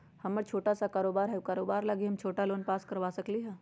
हमर छोटा सा कारोबार है उ कारोबार लागी हम छोटा लोन पास करवा सकली ह?